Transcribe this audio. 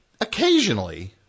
Occasionally